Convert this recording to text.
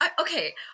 okay